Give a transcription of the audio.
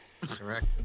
Correct